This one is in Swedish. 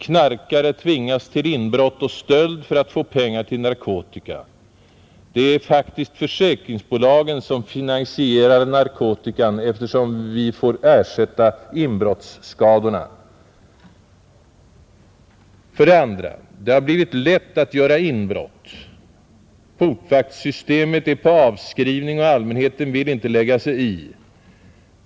Knarkare tvingas till inbrott och stöld för att få pengar till narkotikan. — Det är faktiskt försäkringsbolagen som finansierar narkotikan, eftersom vi får ersätta inbrottsskadorna. För det andra: Det har blivit för lätt att göra inbrott. Portvaktssystemet är på avskrivning och allmänheten vill inte ”lägga sig i”.